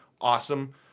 awesome